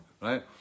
right